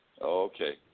Okay